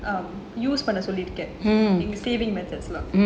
பண்ண சொல்லி இருக்கேன்:panna solli irukkaen in saving methods lah